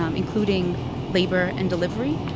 um including labor and delivery.